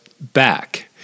back